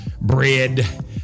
bread